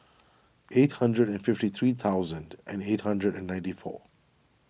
eight hundred and fifty three thousand and eight hundred and ninety four